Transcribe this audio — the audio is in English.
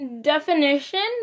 definition